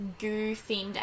goo-themed